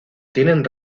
tienen